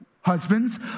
Husbands